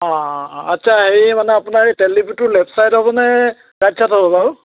অঁ আচ্ছা হেৰি মানে আপোনাৰ এই তেলডিপুটোৰ লেফ্ট ছাইড হ'বনে ৰাইট ছাইড হ'ব বাৰু